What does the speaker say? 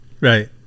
right